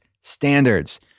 standards